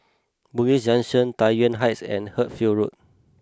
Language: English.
Bugis Junction Tai Yuan Heights and Hertford Road